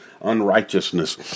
unrighteousness